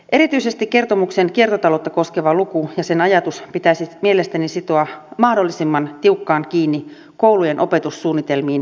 erityisesti kertomuksen kiertotaloutta koskeva luku ja sen ajatus pitäisi mielestäni sitoa mahdollisimman tiukkaan kiinni koulujen opetussuunnitelmiin eri tasoilla